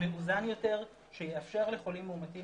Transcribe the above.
מאוזן יותר שיאפשר לחולים מאומתים